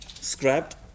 scrapped